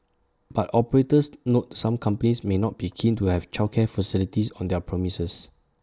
but operators noted some companies may not be keen to have childcare facilities on their premises